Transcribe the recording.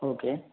okay